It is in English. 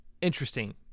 interesting